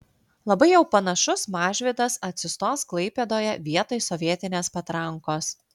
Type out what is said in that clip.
labai jau panašus mažvydas atsistos klaipėdoje vietoj sovietinės patrankos